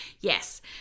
Yes